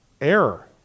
error